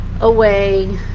away